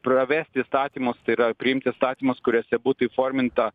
pravesti įstatymus tai yra priimti įstatymus kuriuose būtų įforminta